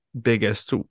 biggest